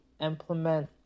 implement